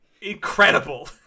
incredible